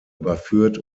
überführt